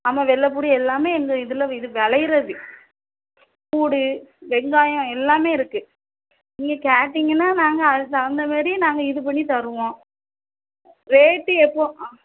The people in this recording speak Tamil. ஆமாம் வெள்ளைப்பூண்டு எல்லாமே எங்கள் இதில் இது விளையிறது பூண்டு வெங்காயம் எல்லாமே இருக்கு நீங்கள் கேட்டீங்கன்னா நாங்கள் அதுக்கு தகுந்தமாரி நாங்கள் இது பண்ணி தருவோம் ரேட்டு எப்போ ஆ